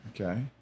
Okay